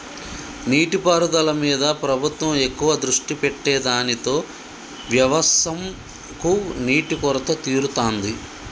నీటి పారుదల మీద ప్రభుత్వం ఎక్కువ దృష్టి పెట్టె దానితో వ్యవసం కు నీటి కొరత తీరుతాంది